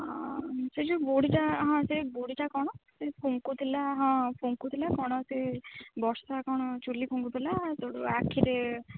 ସେ ଯେଉଁ ବୁଢ଼ୀଟା ହଁ ସେ ବୁଢ଼ୀଟା କ'ଣ ସେ ଫୁଙ୍କୁଥିଲା ହଁ ଫୁଙ୍କୁଥିଲା କ'ଣ ସେ ବର୍ଷା କ'ଣ ଚୁଲି ଫୁଙ୍କୁଥିଲା ସେଠୁ ଆଖିରେ